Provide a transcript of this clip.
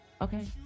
okay